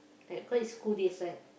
like cause it's school days right